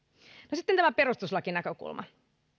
no sitten tämä perustuslakinäkökulma